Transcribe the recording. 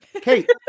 Kate